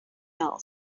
else